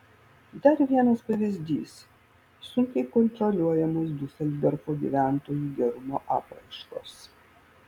dar vienas pavyzdys sunkiai kontroliuojamos diuseldorfo gyventojų gerumo apraiškos